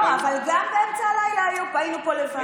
לא, אבל גם באמצע הלילה היינו פה לבד.